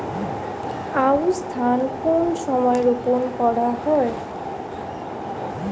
আউশ ধান কোন সময়ে রোপন করা হয়?